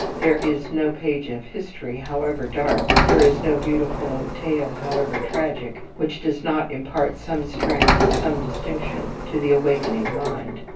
there is no page of history, however dark, there is no beautiful old tale, however tragic, which does not impart some strength and some distinction to the awakening mind.